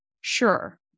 sure